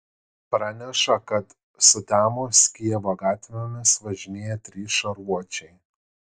praneša kad sutemus kijevo gatvėmis važinėja trys šarvuočiai